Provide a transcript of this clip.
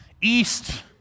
east